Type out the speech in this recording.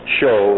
show